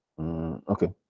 okay